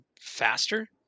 faster